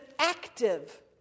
active